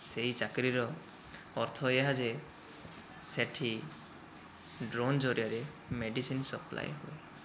ସେହି ଚାକିରୀର ଅର୍ଥ ଏହା ଯେ ସେଇଠି ଡ୍ରୋନ୍ ଜରିଆରେ ମେଡ଼ିସିନ୍ ସପ୍ଲାଏ ହୁଏ